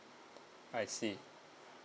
I see